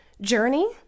journey